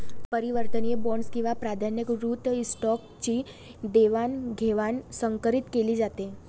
परिवर्तनीय बॉण्ड्स किंवा प्राधान्यकृत स्टॉकची देवाणघेवाण संकरीत केली जाते